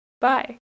bye